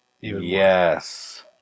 yes